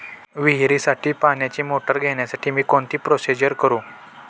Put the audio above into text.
विहिरीसाठी पाण्याची मोटर घेण्यासाठी मी कोणती प्रोसिजर करु?